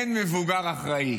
אין מבוגר אחראי.